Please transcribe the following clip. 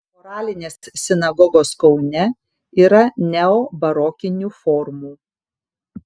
choralinės sinagogos kaune yra neobarokinių formų